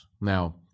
Now